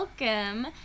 Welcome